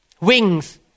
wings